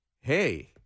hey